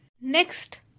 Next